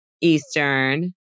Eastern